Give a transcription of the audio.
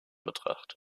betracht